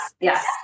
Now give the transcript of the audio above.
yes